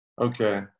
Okay